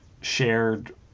shared